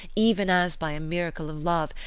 even as by a miracle of love,